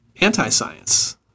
anti-science